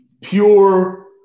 pure